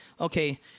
Okay